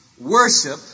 worship